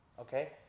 okay